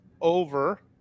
over